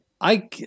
I-